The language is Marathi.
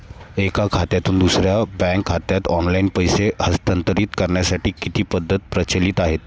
एका खात्यातून दुसऱ्या बँक खात्यात ऑनलाइन पैसे हस्तांतरित करण्यासाठी किती पद्धती प्रचलित आहेत?